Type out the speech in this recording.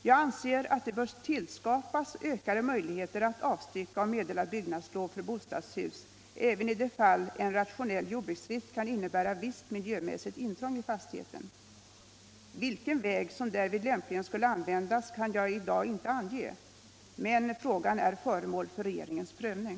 Jag anser att det bör tillskapas ökade möjligheter att avstycka och meddela byggnadslov för bostadshus även i de fall en rationell jordbruksdrift kan innebära visst miljömässigt intrång i fastigheten. Vilken väg som därvid lämpligen skall användas kan jag i dag inte ange, men frågan är föremål för regeringens prövning.